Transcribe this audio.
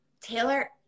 Taylor